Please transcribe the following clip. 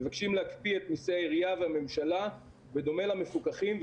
מבקשים להקפיא את מיסי העירייה והממשלה בדומה למפוקחים,